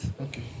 Okay